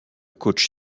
coach